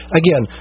again